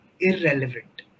irrelevant